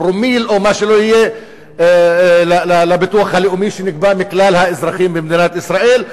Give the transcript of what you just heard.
פרומיל או מה שלא יהיה לביטוח הלאומי שנגבה מכלל האזרחים במדינת ישראל,